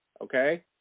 okay